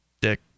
dick